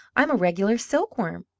i'm a regular silkworm.